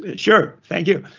ah sure, thank you,